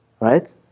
Right